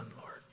Lord